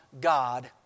God